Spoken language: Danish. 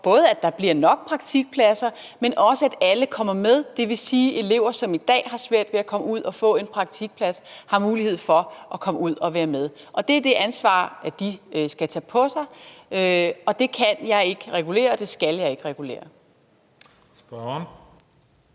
der både bliver nok praktikpladser, men også, at alle kommer med, og det vil sige, at elever, som i dag har svært ved at komme ud og få en praktikplads, har mulighed for at komme ud og være med. Det er det ansvar, de skal tage på sig, og det kan jeg ikke regulere, og det skal jeg ikke regulere.